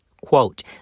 quote